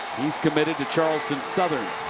he's committed to charleston southern.